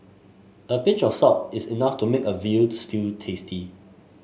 a pinch of salt is enough to make a veal stew tasty